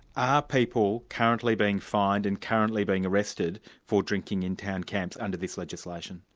are people currently being fined and currently being arrested for drinking in town camps under this legislation?